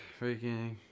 Freaking